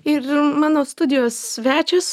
ir mano studijos svečias